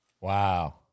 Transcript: Wow